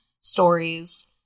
stories